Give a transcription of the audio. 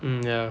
mm ya